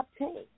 obtain